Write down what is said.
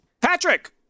Patrick